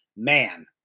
man